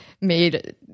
made